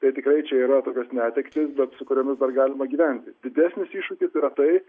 tai tikrai čia yra tokios netektys bet su kuriomis dar galima gyventi didesnis iššūkis yra tai